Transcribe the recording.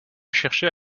cherchait